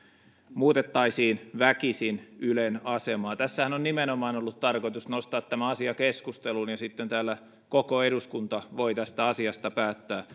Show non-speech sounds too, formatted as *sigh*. muutettaisiin väkisin ylen asemaa tässähän on nimenomaan ollut tarkoitus nostaa tämä asia keskusteluun ja sitten täällä koko eduskunta voi tästä asiasta päättää *unintelligible*